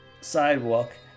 sidewalk